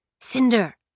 Cinder